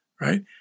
right